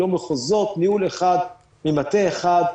לא מחוזות ניהול אחד ממטה אחד,